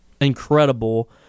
incredible